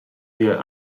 weer